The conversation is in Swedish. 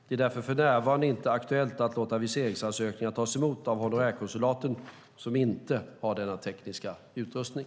Det är därför för närvarande inte aktuellt att låta viseringsansökningar tas emot av honorärkonsulaten, som inte har denna tekniska utrustning.